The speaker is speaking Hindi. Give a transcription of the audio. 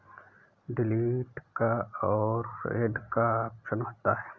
डिलीट का और ऐड का ऑप्शन आता है